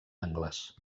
angles